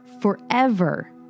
forever